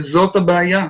וזאת הבעיה.